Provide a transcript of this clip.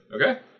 Okay